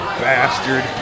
bastard